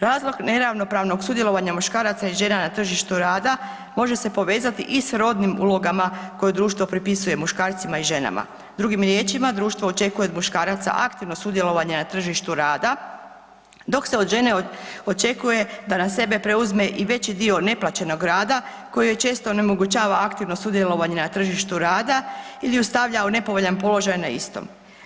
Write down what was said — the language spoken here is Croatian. Razlog neravnopravnog sudjelovanja muškaraca i žena na tržištu rada može se povezati i s rodnim ulogama koje društvo pripisuje muškarcima i ženama, drugim riječima, društvo očekuje od muškaraca aktivno sudjelovanje na tržištu rada dok se od žene očekuje da na sebe preuzme i veći dio neplaćenog rada koji joj često onemogućava aktivno sudjelovanje na tržištu rada ili ju stavlja u nepovoljan položaj na istom.